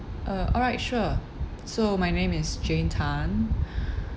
uh alright sure so my name is jane tan